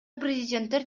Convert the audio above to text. президенттер